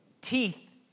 teeth